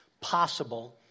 possible